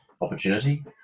opportunity